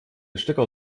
stecker